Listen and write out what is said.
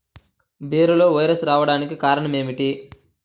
బీరలో వైరస్ రావడానికి కారణం ఏమిటి?